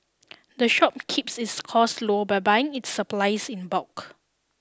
the shop keeps its costs low by buying its supplies in bulk